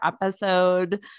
episode